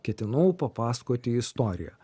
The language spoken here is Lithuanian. ketinau papasakoti istoriją